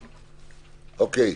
אוקיי.